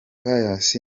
pius